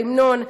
זה ההמנון,